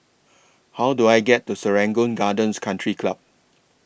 How Do I get to Serangoon Gardens Country Club